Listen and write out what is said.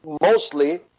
mostly